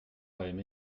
auraient